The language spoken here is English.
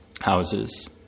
houses